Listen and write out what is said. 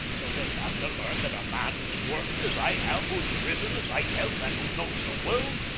ye'll just have to learn that a man who's worked as i have, who's risen as i have, and who knows the world,